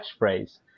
catchphrase